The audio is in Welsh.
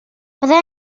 bydda